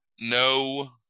no